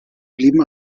blieben